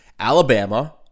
Alabama